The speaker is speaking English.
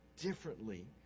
differently